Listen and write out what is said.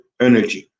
energy